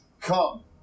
come